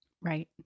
Right